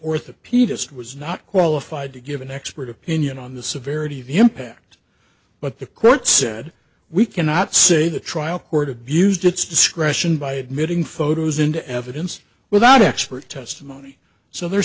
orthopedist was not qualified to give an expert opinion on the severity of impact but the court said we cannot say the trial court abused its discretion by admitting photos into evidence without expert testimony so they're